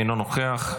אינו נוכח,